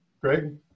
Greg